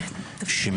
אנטי ישראלית,